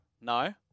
No